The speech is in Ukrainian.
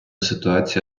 ситуація